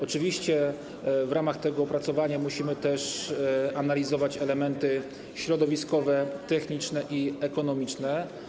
Oczywiście w ramach tego opracowania musimy też analizować elementy środowiskowe, techniczne i ekonomiczne.